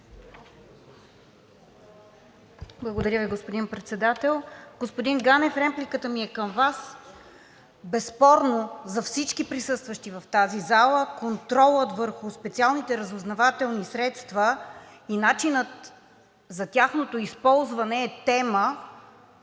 Благодаря Ви, господин Председател. Господин Ганев, репликата ми е към Вас. Безспорно за всички присъстващи в тази зала контролът върху специалните разузнавателни средства и начинът за тяхното използване е тема,